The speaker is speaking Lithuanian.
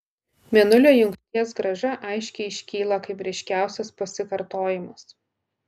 mėnulio jungties grąža aiškiai iškyla kaip ryškiausias pasikartojimas